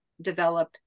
develop